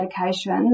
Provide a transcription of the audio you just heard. medications